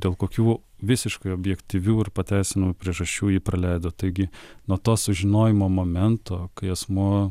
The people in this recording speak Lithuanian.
dėl kokių visiškai objektyvių ir pateisinamų priežasčių ji praleido taigi nuo to sužinojimo momento kai asmuo